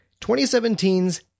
2017's